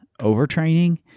overtraining